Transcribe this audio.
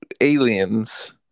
aliens